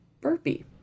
Burpee